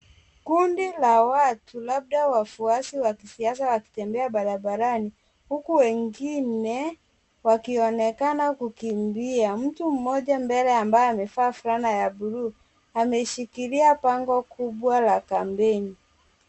Kundi la watu labda wafuasi wa kisiasa wakitembea barabarani huku wengine wakionekana kukimbia. Mtu mmoja mbele ambaye amevaa fulana ya bluu ameshikilia bango kubwa la kampeni.